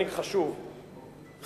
מנהיג חשוב,